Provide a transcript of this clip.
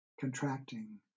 contracting